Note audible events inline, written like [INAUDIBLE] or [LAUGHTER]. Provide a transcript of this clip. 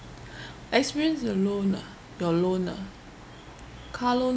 [BREATH] experience a loan ah your loan ah car loan